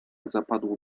zapadło